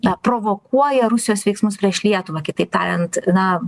na provokuoja rusijos veiksmus prieš lietuvą kitaip tariant na